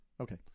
Okay